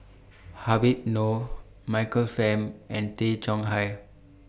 Habib Noh Michael Fam and Tay Chong Hai